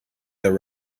their